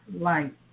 light